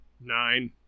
Nine